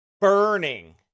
burning